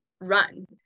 run